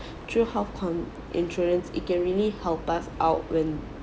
through health con~ insurance it can really help us out when